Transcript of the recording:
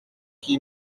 qui